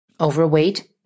Overweight